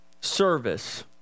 service